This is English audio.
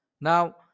Now